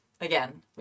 again